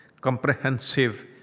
comprehensive